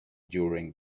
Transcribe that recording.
during